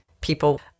people